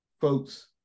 folks